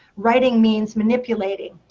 writing means manipulating.